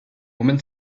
woman